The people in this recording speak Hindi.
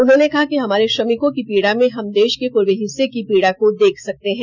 उन्होंने कहा कि हमारे श्रमिकों की पीडा में हम देश के पूर्वी हिस्से की पीडा को देख सकते हैं